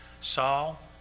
Saul